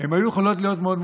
לאן הולכות?